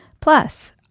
Plus